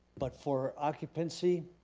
but for occupancy,